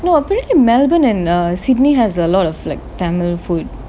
no apparently melbourne and sydney has a lot of like tamil food